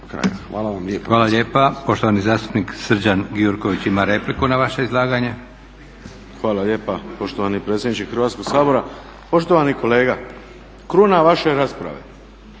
Hvala lijepa. Poštovani zastupnik Srđan Gjurković ima repliku na vaše izlaganje. **Gjurković, Srđan (HNS)** Hvala lijepa poštovani predsjedniče Hrvatskog sabora. Poštovani kolega kruna vaše rasprave